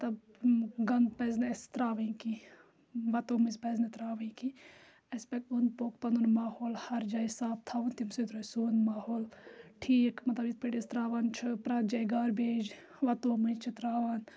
مطلب گنٛدٕ پَزِ نہٕ اَسہِ تراوٕنۍ کیٚنٛہہ وَتو مٔنٛزۍ پَزِ نہٕ تراوٕنۍ کیٚنٛہہ اَسہِ پَزِ اوٚن پوٚکھ پَنُن ماحول ہر جایہِ صاف تھاوُن تَمہِ سۭتۍ روزِ سون ماحول ٹھیٖک مطلب یِتھ پٲٹھۍ أسۍ تراوان چھِ پرٮ۪تھ جایہِ گاربیج وَتو مٔنٛزۍ چھِ تراوان